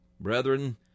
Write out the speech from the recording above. Brethren